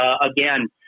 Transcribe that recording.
again